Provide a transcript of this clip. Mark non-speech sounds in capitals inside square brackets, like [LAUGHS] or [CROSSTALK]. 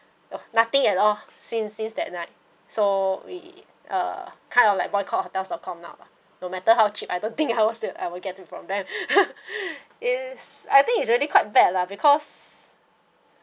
nothing at all since since that night so we uh kind of like boycott hotel dot com now lah no matter how cheap I don't think [LAUGHS] I'll still I will get it from them is I think is already quite bad lah because